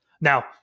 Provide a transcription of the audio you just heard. Now